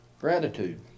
Gratitude